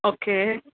okay